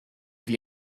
die